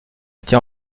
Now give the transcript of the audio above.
été